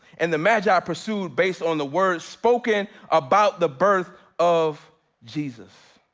and the magi pursued based on the word spoken about the birth of jesus.